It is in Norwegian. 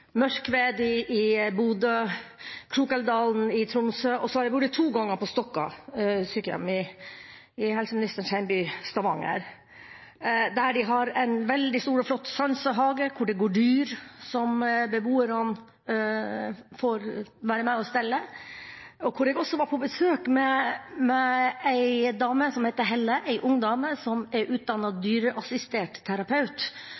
Mørkved i Bodø, i Krokelvdalen i Tromsø, og jeg har vært to ganger på Stokka sykehjem i helseministerens hjemby, Stavanger, der de har en veldig stor og flott sansehage hvor det går dyr som beboerne får være med og stelle, og hvor jeg også var på besøk med en dame som het Helle, en ung dame som er utdannet dyreassistert terapeut.